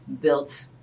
built